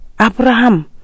Abraham